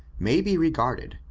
may be regarded,